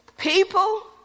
People